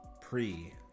Pre